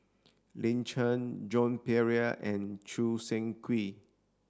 Lin Chen Joan Pereira and Choo Seng Quee